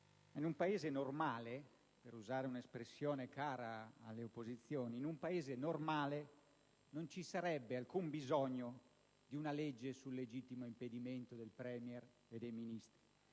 in un Paese normale, per usare un'espressione cara alle opposizioni, non ci sarebbe alcun bisogno di una legge sul legittimo impedimento del *Premier* e dei Ministri.